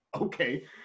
Okay